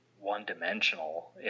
one-dimensional